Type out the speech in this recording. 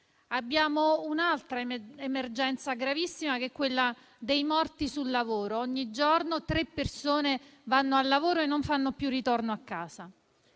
Abbiamo un'altra emergenza gravissima, che è quella dei morti sul lavoro: ogni giorno tre persone vanno al lavoro e non fanno più ritorno a casa.